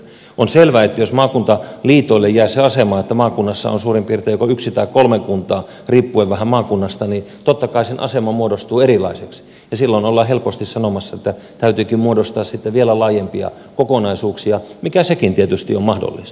on selvää että jos maakuntaliitoille jää se asema että maakunnassa on suurin piirtein joko yksi tai kolme kuntaa riippuen vähän maakunnasta niin totta kai niiden asema muodostuu erilaiseksi ja silloin ollaan helposti sanomassa että täytyykin muodostaa sitten vielä laajempia kokonaisuuksia mikä sekin tietysti on mahdollista